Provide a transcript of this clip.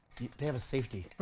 they have a safety. but